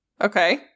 Okay